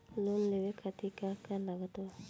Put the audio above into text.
Loan लेवे खातिर का का लागत ब?